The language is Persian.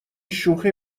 شوخی